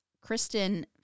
Kristen